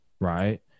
right